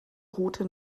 route